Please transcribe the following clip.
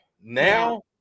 Now